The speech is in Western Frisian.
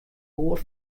boer